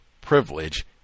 privilege